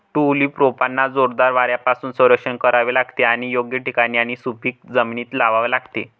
tulip रोपांना जोरदार वाऱ्यापासून संरक्षण करावे लागते आणि योग्य ठिकाणी आणि सुपीक जमिनीत लावावे लागते